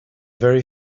very